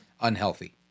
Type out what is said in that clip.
unhealthy